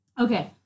Okay